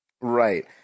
Right